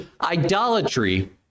Idolatry